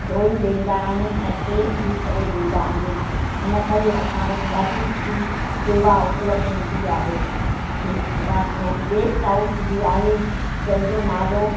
धोई ॾींदा आहिनि ऐं प्रेस बि करे ॾींदा आहिनि इन करे असां वटि ॾाढी सुठी सेवा उपलब्ध हूंदी आहे बा गेस्ट हाउस बि आहे जंहिंजो नालो